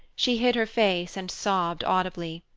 she hid her face and sobbed audibly.